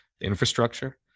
Infrastructure